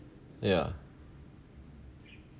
yeah